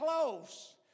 close